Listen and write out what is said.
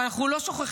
אבל אנחנו לא שוכחים.